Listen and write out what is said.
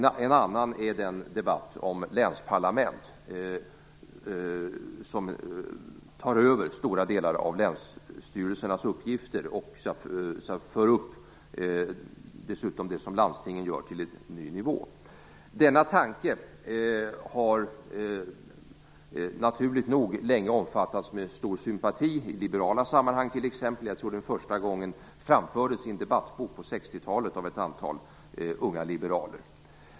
En annan del har gällt länsparlament, som tar över stora delar av länsstyrelsernas uppgifter och dessutom för upp det som landstingen gör till en ny nivå. Denna tanke har naturligt nog länge omfattats med stor sympati i liberala sammanhang, t.ex. Jag tror att den första gången framfördes i en debattbok på 60 talet av ett antal unga liberaler.